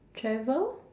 travel